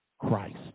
Christ